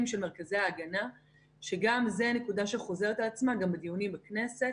של מרכזי ההגנה וגם זו נקודה שחוזרת על עצמה גם בדיוני הכנסת,